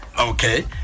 Okay